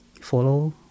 follow